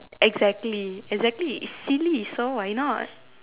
exactly exactly it's silly so why not